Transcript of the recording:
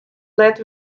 let